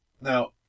Now